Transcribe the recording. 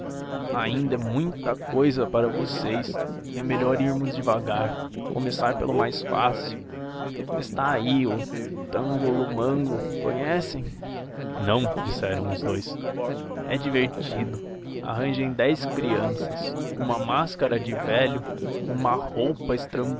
ainda é muita cousa para vocês é melhor irmos devagar começar pelo mais fácil está aí o tangolomango conhecem não disseram os dous é divertido arranjem dez crianças uma máscara de velho uma